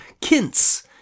Kints